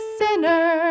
sinner